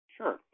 Sure